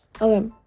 Okay